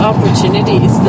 Opportunities